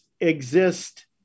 exist